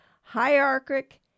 hierarchic